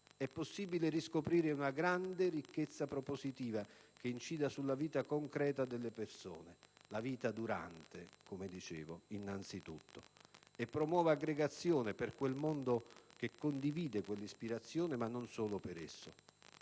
è possibile riscoprire una grande ricchezza propositiva che incida sulla vita concreta delle persone (la vita durante, come dicevo, innanzitutto) e promuova aggregazione, per quel mondo che condivide quell'ispirazione, ma non solo per esso.